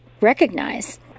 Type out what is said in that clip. recognize